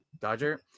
Dodger